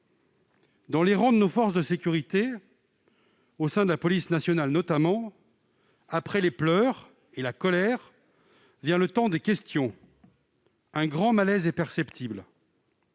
Dans les rangs des forces de sécurité, au sein de la police nationale notamment, après les pleurs et la colère vient le temps des questions. Un grand malaise est perceptible.